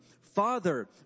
Father